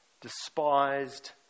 Despised